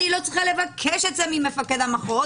אני לא צריכה לבקש את זה ממפקד המחוז